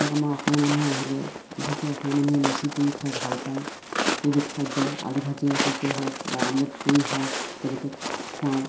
ধৰক আমাৰ অসমীয়া মানুহ আহিলে বিশেষকৈ অসমীয়া মানুহে লুচি পুৰি খাই ভাল পায় সেইবিধ খাদ্য় আলু ভাজিৰে সৈতে হওক বা অমলেট কৰি হওক তেনেকৈ খুৱাওঁ